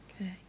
Okay